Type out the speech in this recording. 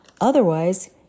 Otherwise